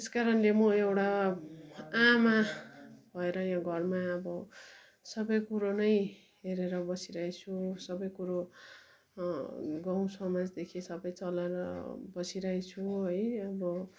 त्यसकारणले म एउटा आमा भएर यहाँ घरमा अब सबै कुरो नै हेरेर बसिरहेछु सबै कुरो गाउँ समाजदेखि सबै चलाएर बसिरहेछु है अब